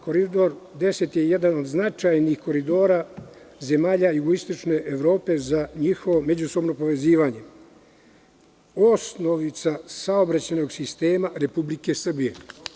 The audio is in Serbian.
Koridor 10 je jedan od značajnijih koridora zemalja jugoistočne Evrope za njihovo međusobno povezivanje, osnovica saobraćajnog sistema Republike Srbije.